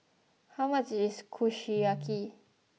how much is Kushiyaki